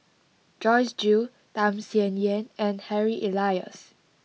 Joyce Jue Tham Sien Yen and Harry Elias